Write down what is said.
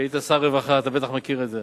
שהיית שר הרווחה, אתה בטח מכיר את זה,